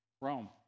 Rome